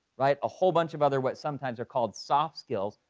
right? a whole bunch of other, what sometimes are called soft skills.